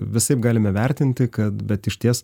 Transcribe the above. visaip galime vertinti kad bet išties